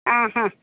ಹಾಂ ಹಾಂ